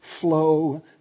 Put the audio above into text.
flow